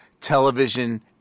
Television